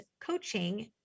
Coaching